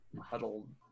huddled